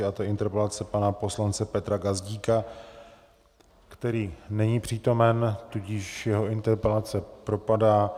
Je to interpelace pana poslance Petra Gazdíka, který není přítomen, tudíž jeho interpelace propadá.